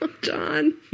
John